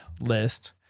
list